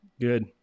Good